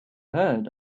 heard